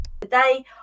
Today